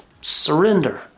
Surrender